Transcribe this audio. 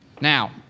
Now